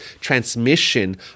transmission